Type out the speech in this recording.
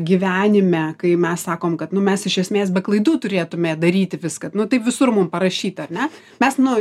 gyvenime kai mes sakom kad nu mes iš esmės be klaidų turėtumė daryti viską taip visur mum parašyta ar ne mes nu